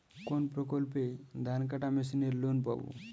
কোন প্রকল্পে ধানকাটা মেশিনের লোন পাব?